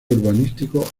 urbanístico